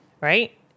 right